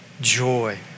Joy